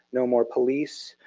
no more police.